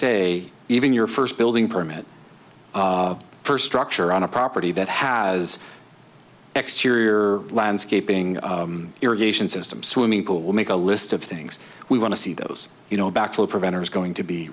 say even your first building permit first structure on a property that has exterior landscaping irrigation systems swimming pool will make a list of things we want to see those you know backflow preventer is going to be